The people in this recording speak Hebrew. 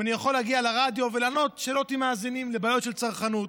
בשאלה אם אני יכול להגיע לרדיו ולענות לשאלות מאזינים בבעיות של צרכנות.